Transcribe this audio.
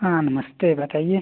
हाँ नमस्ते बताइए